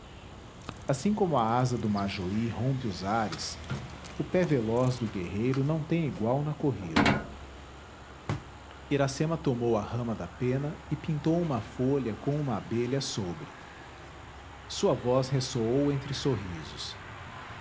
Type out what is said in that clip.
assim como a asa do majoí rompe os ares o pé veloz do guerreiro não tem igual na corrida iracema tomou a rama da pena e pintou uma folha com uma abelha sobre sua voz ressoou entre sorrisos